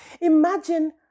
imagine